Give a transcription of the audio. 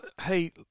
hey